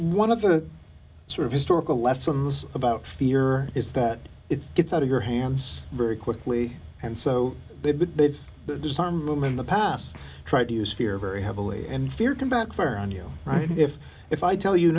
one of the sort of historical lessons about fear is that it gets out of your hands very quickly and so they've been the disarmament the past try to use fear very heavily and fear can backfire on you right if if i tell you